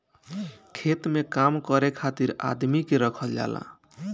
खेत में काम करे खातिर आदमी के राखल जाला